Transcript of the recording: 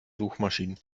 suchmaschinen